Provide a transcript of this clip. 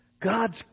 God's